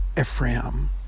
Ephraim